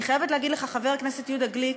אני חייבת להגיד לך, חבר הכנסת יהודה גליק,